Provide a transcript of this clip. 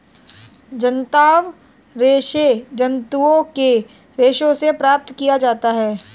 जांतव रेशे जंतुओं के रेशों से प्राप्त किया जाता है